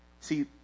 See